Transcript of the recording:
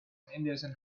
henderson